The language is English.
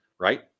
right